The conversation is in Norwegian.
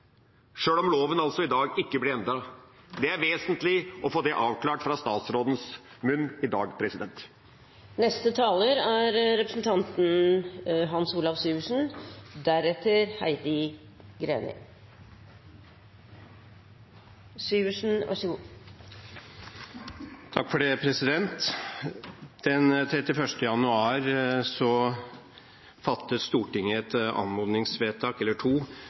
sjøl om loven altså i dag ikke blir endret? Det er vesentlig å få det avklart fra statsrådens munn i dag. Den 31. januar fattet Stortinget to anmodningsvedtak